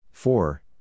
Four